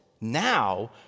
Now